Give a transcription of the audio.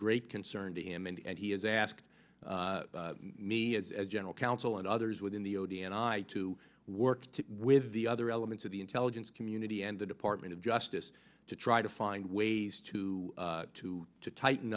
great concern to him and he has asked me as a general counsel and others within the odeon i to work with the other elements of the intelligence community and the department of justice to try to find ways to to to tighten